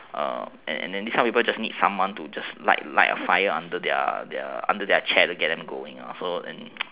and these kind of people just need someone to just light light a fire under their chair to get them going lah so